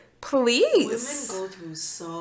please